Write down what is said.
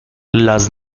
las